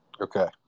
Okay